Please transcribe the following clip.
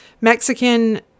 Mexican